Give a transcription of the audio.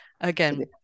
again